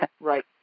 right